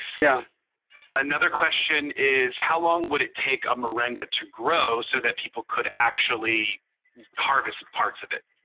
yeah another question is how long would it take a moringa to grow so that people could actually harvest parts of it?